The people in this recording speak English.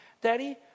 Daddy